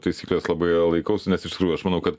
taisyklės labai laikausi nes iš tikrųjų aš manau kad